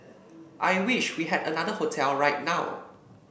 I wish we had another hotel right now